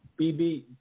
BB